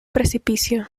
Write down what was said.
precipicio